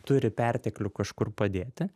turi perteklių kažkur padėti